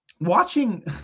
watching